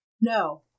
No